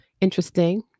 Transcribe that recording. interesting